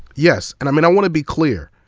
yes. and i mean i want to be clear.